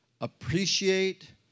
appreciate